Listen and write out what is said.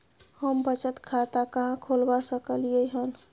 हम बचत खाता कहाॅं खोलवा सकलिये हन?